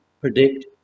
predict